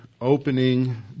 opening